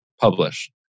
publish